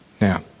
Now